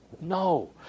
No